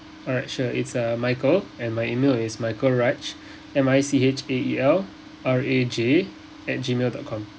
alright sure it's err michael and my email is michael raj M I C H A E L R A J at Gmail dot com